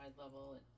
level